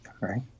Right